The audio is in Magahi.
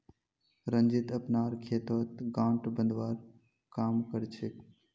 रंजीत अपनार खेतत गांठ बांधवार काम कर छेक